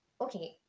okay